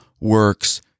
works